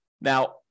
Now